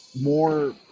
more